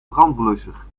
brandblusser